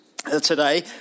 today